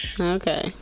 Okay